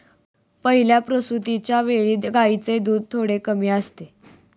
पहिल्या प्रसूतिच्या वेळी गायींचे दूध थोडे कमी असते